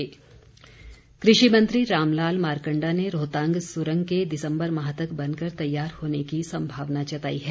पर्यटन उत्सव कृषि मंत्री रामलाल मारकण्डा ने रोहतांग सुरंग के दिसम्बर माह तक बनकर तैयार होने की संभावना जताई है